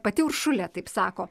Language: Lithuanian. pati uršulė taip sako